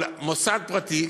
אבל מוסד פרטי,